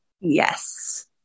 Yes